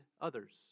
others